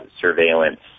surveillance